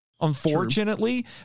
unfortunately